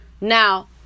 Now